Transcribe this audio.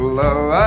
love